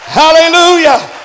hallelujah